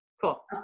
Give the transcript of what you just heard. Cool